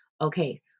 Okay